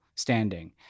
Standing